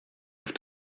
auf